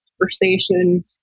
conversation